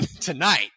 tonight